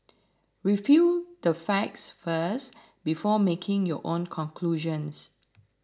review the facts first before making your own conclusions